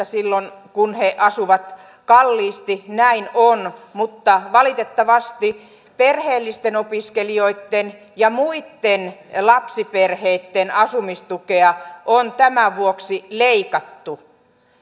silloin kun he asuvat kalliisti näin on mutta valitettavasti perheellisten opiskelijoitten ja muitten lapsiperheitten asumistukea on tämän vuoksi leikattu